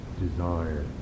Desire